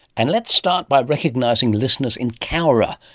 and let's start by recognising listeners in cowra,